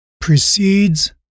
precedes